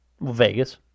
Vegas